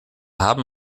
haben